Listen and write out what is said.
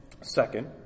Second